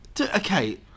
Okay